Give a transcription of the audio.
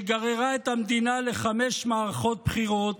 שגררה את המדינה לחמש מערכות בחירות,